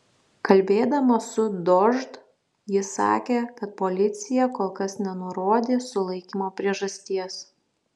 kalbėdama su dožd ji sakė kad policija kol kas nenurodė sulaikymo priežasties